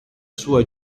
sua